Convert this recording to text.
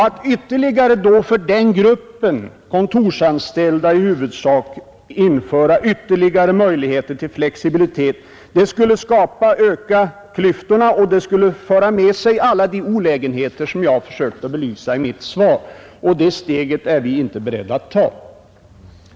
Att då för den gruppen — kontorsanställda i huvudsak — införa ytterligare möjlighet till flexibilitet skulle öka klyftorna och föra med sig alla de olägenheter som jag har försökt belysa i mitt svar. Det steget är vi inte beredda att ta. Nr 51 Ang. beräkningen av § 14 Ang.